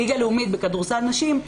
ליגה לאומית בכדורסל נשים,